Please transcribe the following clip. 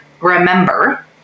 remember